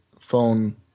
phone